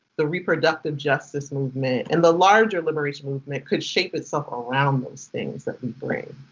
the reproductive justice movement, and the larger liberation movement, could shape itself around those things that we bring.